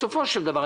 בסופו של דבר,